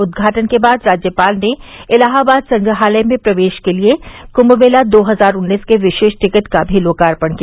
उद्घाटन के बाद राज्यपाल ने इलाहाबाद संग्रहालय में प्रवेश के लिये कुम मेला दो हजार उन्नीस के विशेष टिकट का भी लोकार्पण किया